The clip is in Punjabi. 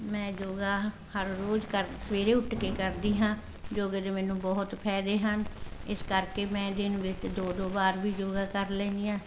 ਮੈਂ ਯੋਗਾ ਹਰ ਰੋਜ਼ ਕਰ ਸਵੇਰੇ ਉੱਠ ਕੇ ਕਰਦੀ ਹਾਂ ਯੋਗੇ ਦੇ ਮੈਨੂੰ ਬਹੁਤ ਫਾਇਦੇ ਹਨ ਇਸ ਕਰਕੇ ਮੈਂ ਦਿਨ ਵਿੱਚ ਦੋ ਦੋ ਵਾਰ ਵੀ ਯੋਗਾ ਕਰ ਲੈਂਦੀ ਹਾਂ